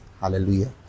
Hallelujah